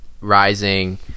rising